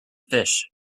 fish